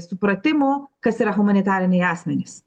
supratimo kas yra humanitariniai asmenys